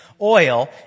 oil